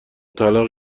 طلاق